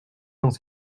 dans